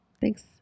thanks